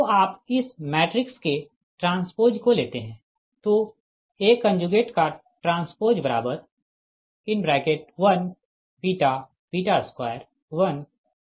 आप इस मैट्रिक्स के ट्रांस्पोज को लेते है तो AT1 2 1 2 1 1 1